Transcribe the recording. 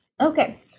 Okay